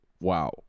wow